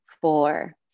four